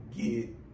get